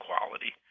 equality